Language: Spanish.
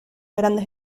grandes